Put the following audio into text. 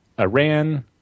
Iran